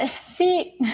see